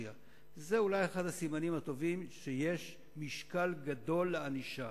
עוד דבר אחד: אני יודע שנעשו הרבה מחקרים לגבי ענישה